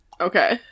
Okay